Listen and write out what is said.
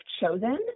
chosen